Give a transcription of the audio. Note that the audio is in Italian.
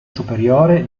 superiore